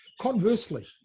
Conversely